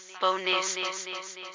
Bonus